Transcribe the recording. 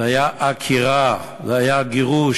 זה היה עקירה, זה היה גירוש.